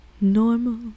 normal